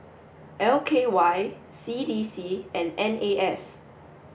L K Y C D C and N A S